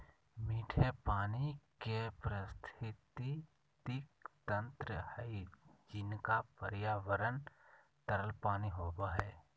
मीठे पानी के पारिस्थितिकी तंत्र हइ जिनका पर्यावरण तरल पानी होबो हइ